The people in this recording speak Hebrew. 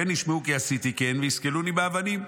פן ישמעו כי עשיתי כן וסקלוני באבנים"